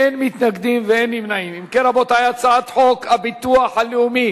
חוק הביטוח הלאומי